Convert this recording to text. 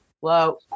Hello